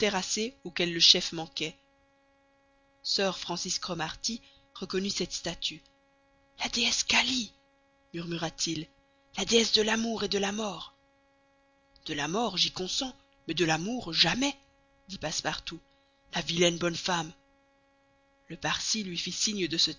auquel le chef manquait sir francis cromarty reconnut cette statue la déesse kâli murmura-t-il la déesse de l'amour et de la mort de la mort j'y consens mais de l'amour jamais dit passepartout la vilaine bonne femme le parsi lui fit signe de se